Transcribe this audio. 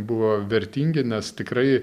buvo vertingi nes tikrai